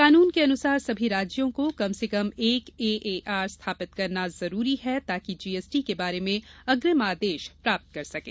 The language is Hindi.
कानून के अनुसार सभी राज्यों को कम से कम एक एएआर स्थापित करना अनिवार्य है ताकि जीएसटी के बारे में अग्रिम आदेश प्राप्त कर सकें